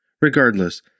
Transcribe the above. Regardless